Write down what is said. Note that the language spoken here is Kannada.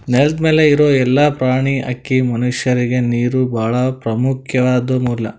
ನೆಲದ್ ಮ್ಯಾಲ್ ಇರೋ ಎಲ್ಲಾ ಪ್ರಾಣಿ, ಹಕ್ಕಿ, ಮನಷ್ಯರಿಗ್ ನೀರ್ ಭಾಳ್ ಪ್ರಮುಖ್ವಾದ್ ಮೂಲ